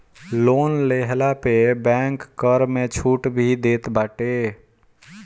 loan लेहला पे bank कर में छुट भी देत बाटे